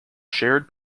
shared